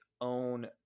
own